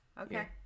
Okay